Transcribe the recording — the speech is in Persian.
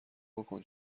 بکن